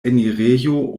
enirejo